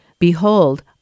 Behold